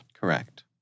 Correct